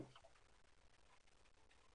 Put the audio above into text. במרכז.